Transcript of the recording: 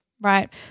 right